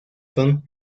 son